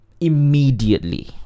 immediately